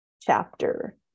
chapter